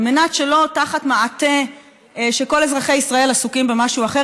על מנת שלא תחת מעטה שכל אזרחי ישראל עסוקים במשהו אחר